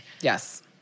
Yes